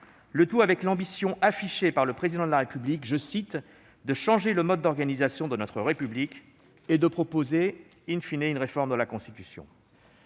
Le tout avec l'ambition affichée par le Président de la République « de changer le mode d'organisation de notre République » et de proposer une réforme de la Constitution.